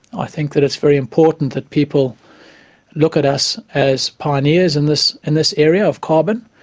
i think that it's very important that people look at us as pioneers in this and this area of carbon.